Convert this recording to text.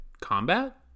combat